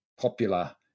popular